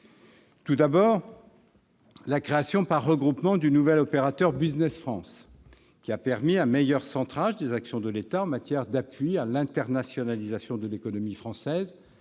Tout d'abord, la création par regroupement du nouvel opérateur Business France qui a permis un meilleur centrage des actions de l'État en matière d'appui à l'internationalisation de l'économie française,